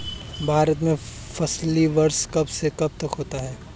भारत में फसली वर्ष कब से कब तक होता है?